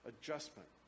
adjustment